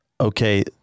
okay